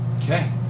Okay